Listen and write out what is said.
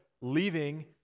leaving